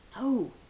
No